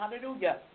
hallelujah